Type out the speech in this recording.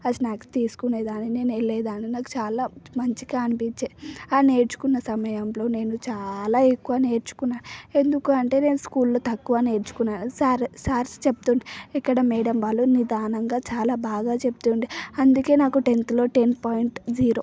ఆ స్నాక్స్ తీసుకునేదానిని నేను వెళ్ళేదానిని నాకు చాలా మంచిగా అనిపించేది ఆ నేర్చుకున్న సమయంలో నేను చాలా ఎక్కువ నేర్చుకున్నాను ఎందుకు అంటే నేను స్కూల్లో చాలా తక్కువ నేర్చుకున్నాను సార్ సార్స్ చెప్తూ ఉంటే ఇక్కడ మేడమ్ వాళ్ళు నిదానంగా చాలా బాగా చెప్తూ ఉండేవారు అందుకే నాకు టెన్త్లో టెన్ పాయింట్ జీరో